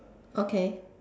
okay